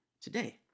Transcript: today